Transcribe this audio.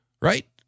Right